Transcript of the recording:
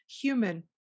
human